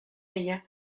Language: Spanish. ella